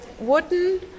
wooden